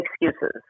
excuses